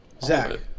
Zach